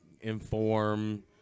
inform